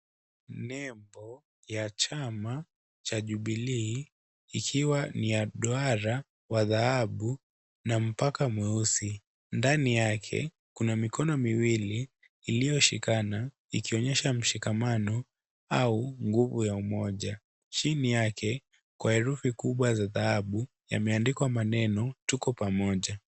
Nembo ya chama, cha Jubilee, ikiwa ni ya duara wa dhahabu na mpaka mweusi. Ndani yake, kuna mikono miwili, ilioshikana ikionyesha mshikamano au nguvu ya umoja. Chini yake kwa herufi kubwa za dhahabu, yameandikwa maneno Tuko Pamoja.